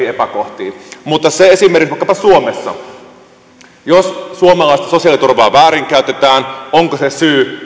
epäkohtiin puututaan mutta jos esimerkiksi vaikkapa suomessa suomalaista sosiaaliturvaa väärinkäytetään onko se syy